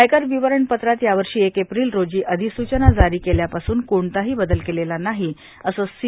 आयकर विवरणपत्रात यावर्षी एक एप्रिल रोजी अधिसूचना जारी केल्यापासून कोणताही बदल केलेला नाही असं सी